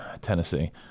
Tennessee